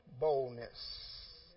boldness